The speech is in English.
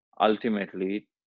ultimately